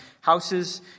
houses